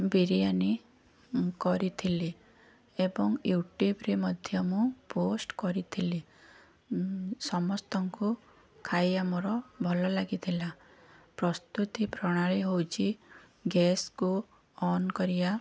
ବିରିୟାନି କରିଥିଲି ଏବଂ ୟୁଟ୍ୟୁବ୍ରେ ମଧ୍ୟ ମୁଁ ପୋଷ୍ଟ୍ କରିଥିଲି ସମସ୍ତଙ୍କୁ ଖାଇବା ମୋର ଭଲ ଲାଗିଥିଲା ପ୍ରସ୍ତୁତି ପ୍ରଣାଳୀ ହେଉଛି ଗେସ୍କୁ ଅନ୍ କରିବା